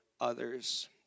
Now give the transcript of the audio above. others